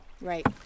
right